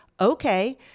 okay